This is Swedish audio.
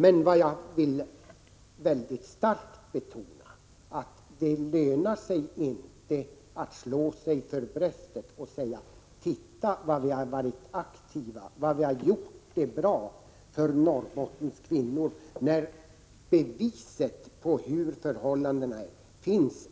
Men vad jag mycket starkt vill betona är att det inte lönar sig att slå sig för bröstet och säga: Titta vad vi har varit aktiva, det vi har gjort är bra för Norrbottens kvinnor. Vältaliga bevis på hur förhållandena är finns